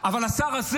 אבל השר הזה